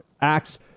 acts